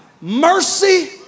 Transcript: mercy